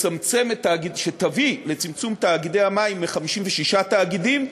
שתביא לצמצום מספר תאגידי המים מ-56 תאגידים,